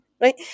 right